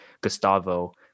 Gustavo